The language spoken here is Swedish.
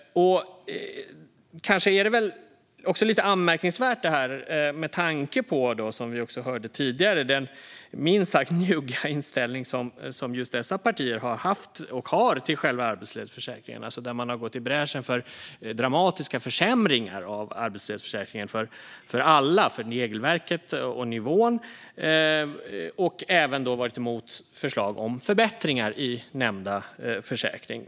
Kanske är det lite anmärkningsvärt med tanke på den, som vi hörde tidigare, minst sagt njugga inställning som just dessa partier har haft och har till arbetslöshetsförsäkringen. Man har gått i bräschen för dramatiska försämringar av arbetslöshetsförsäkringen för alla vad gäller regelverket och nivån, och man har även varit emot förslag om förbättringar i nämnda försäkring.